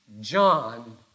John